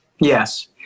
Yes